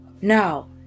now